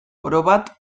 orobat